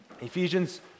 Ephesians